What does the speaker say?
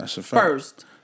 first